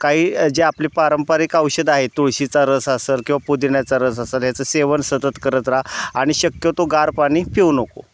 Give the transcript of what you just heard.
काही जे आपले पारंपरिक औषध आहेत तुळशीचा रस असेल किंवा पुदिण्याचा रस असेल ह्याचं सेवन सतत करत राहा आणि शक्यतो गार पाणी पिऊ नको